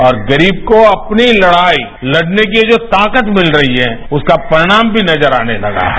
और गरीब को अपनी लड़ाई लड़ने की जो ताकत मिल रही है उसका परिणाम भी नजर आने लगा है